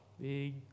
Big